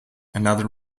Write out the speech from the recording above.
another